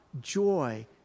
joy